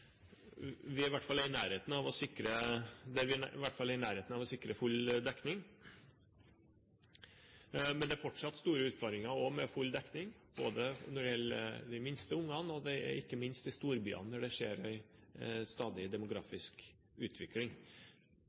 der vi i hvert fall er i nærheten av å sikre full dekning. Men det er fortsatt store utfordringer for å få full dekning. Det gjelder de minste barna, og ikke minst i storbyene der det stadig skjer en demografisk utvikling.